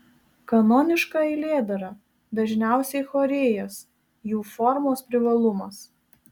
kanoniška eilėdara dažniausiai chorėjas jų formos privalumas